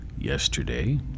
yesterday